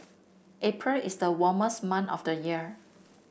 April is the warmest month of the year